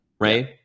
right